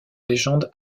légende